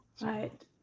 Right